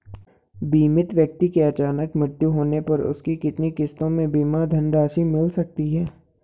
बीमित व्यक्ति के अचानक मृत्यु होने पर उसकी कितनी किश्तों में बीमा धनराशि मिल सकती है?